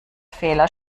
fehler